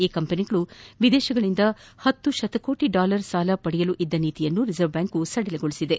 ಈ ಕಂಪನಿಗಳು ವಿದೇಶಗಳಿಂದ ಹತ್ತು ಶತಕೋಟಿ ಡಾಲರ್ ಸಾಲ ಪಡೆಯಲು ಇದ್ದ ನೀತಿಯನ್ನು ರಿಸರ್ವ್ ಬ್ಯಾಂಕ್ ಸಡಿಲಗೊಳಿಸಿದೆ